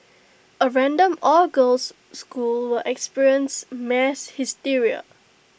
A random all girls school will experience mass hysteria